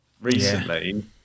recently